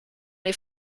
les